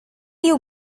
you